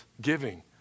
giving